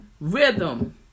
Rhythm